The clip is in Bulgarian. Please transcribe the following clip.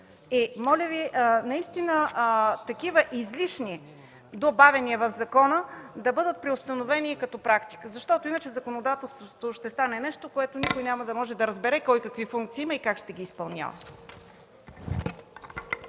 Моля Ви такива излишни добавяния в закона да бъдат преустановени и като практика, защото иначе законодателството ще стане нещо, в което никой няма да може да разбере кой какви функции има и как ще ги изпълнява.